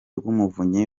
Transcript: rw’umuvunyi